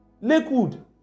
Lakewood